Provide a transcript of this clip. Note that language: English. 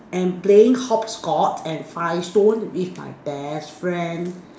and playing hop scotch and five stone with my best friend